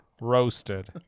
Roasted